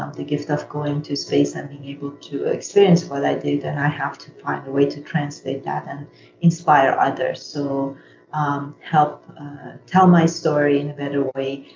um gift of going to space and being able to experience what i did and i have to find a way to translate that and inspire others. so um help tell my story in a better way.